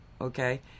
okay